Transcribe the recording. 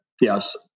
yes